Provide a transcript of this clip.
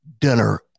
dinner